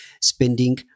spending